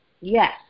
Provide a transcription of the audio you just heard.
Yes